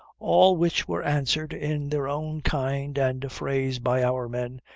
all which were answered in their own kind and phrase by our men,